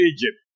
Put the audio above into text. Egypt